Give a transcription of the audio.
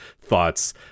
thoughts